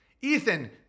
Ethan